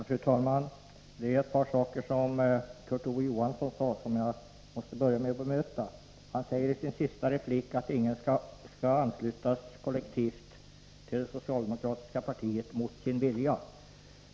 Fru talman! Jag måste börja med att bemöta Kurt Ove Johansson på ett par punkter. Han säger i sin sista replik att ingen skall anslutas kollektivt till det socialdemokratiska partiet mot sin vilja.